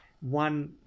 one